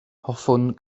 hoffwn